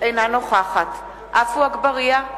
אינה נוכחת עפו אגבאריה,